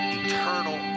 eternal